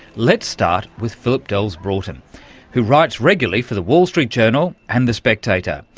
let's start with philip delves-broughton who writes regularly for the wall street journal and the spectator.